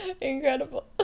Incredible